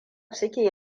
suke